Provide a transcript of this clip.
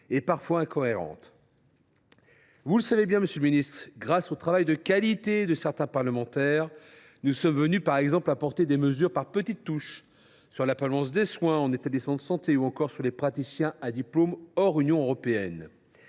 et parfois incohérentes. Vous le savez bien, monsieur le ministre, grâce au travail de qualité de certains parlementaires, nous en sommes venus à introduire des mesures par petites touches, notamment sur la permanence des soins en établissements de santé et sur les praticiens à diplôme hors Union européenne